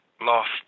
lost